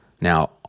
Now